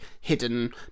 hidden